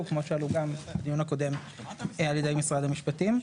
כמו שעלו גם בדיון הקודם על ידי משרד המשפטים.